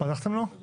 את